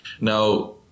Now